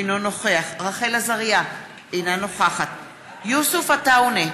אינו נוכח רחל עזריה, אינה נוכחת יוסף עטאונה,